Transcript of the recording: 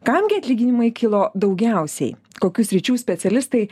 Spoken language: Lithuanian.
kam gi atlyginimai kilo daugiausiai kokių sričių specialistai